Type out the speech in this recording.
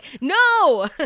No